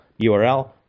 URL